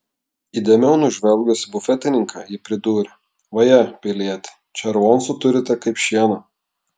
įdėmiau nužvelgusi bufetininką ji pridūrė vaje pilieti červoncų turite kaip šieno